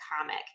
comic